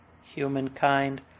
humankind